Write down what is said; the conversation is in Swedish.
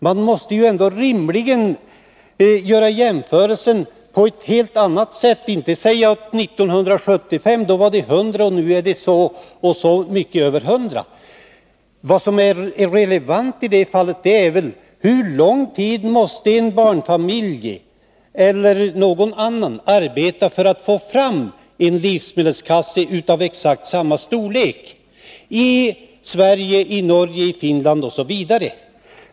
Man måste rimligen göra jämförelsen på ett helt annat sätt. Man kan inte säga att det 1975 var 100 och att det nu är si eller så mycket över 100. Det relevanta i detta fall är hur lång tid en barnfamilj eller någon annan i Sverige, Norge, Finland osv. måste arbeta för att få fram en livsmedelskasse av exakt samma storlek.